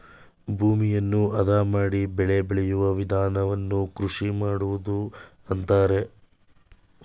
ಭೂಮಿಯನ್ನು ಅದ ಮಾಡಿ ಬೆಳೆ ಬೆಳೆಯೂ ವಿಧಾನವನ್ನು ಕೃಷಿ ಮಾಡುವುದು ಅಂತರೆ